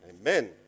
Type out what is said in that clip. Amen